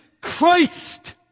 Christ